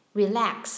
relax